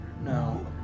No